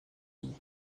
unis